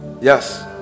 yes